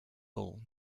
bull